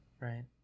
right